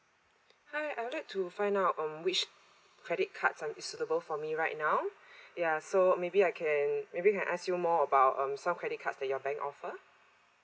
hi I would like to find out um which credit cards um is suitable for me right now ya so maybe I can maybe I can ask you more about um some credit cards that your bank offer